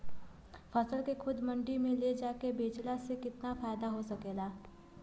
फसल के खुद मंडी में ले जाके बेचला से कितना फायदा हो सकेला?